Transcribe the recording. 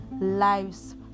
lives